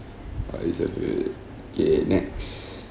orh is it wait wait okay next